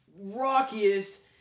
rockiest